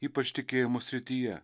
ypač tikėjimo srityje